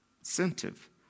Incentive